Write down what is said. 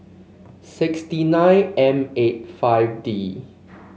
sixty nine M eight F D